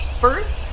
first